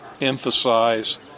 emphasize